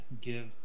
give